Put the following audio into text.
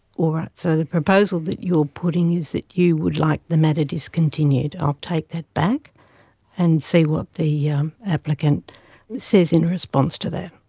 all right, so the proposal that you are putting is that you would like the matter discontinued. i'll take that back and see what the yeah um applicant says in response to that.